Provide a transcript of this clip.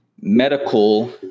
medical